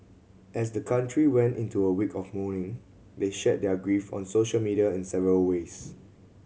as the country went into a week of mourning they shared their grief on social media in several ways